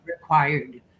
required